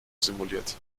simuliert